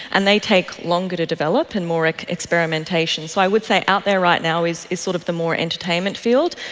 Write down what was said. and they take longer to develop and more like experimentation. so i would say out there right now is is sort of the more entertainment field,